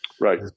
Right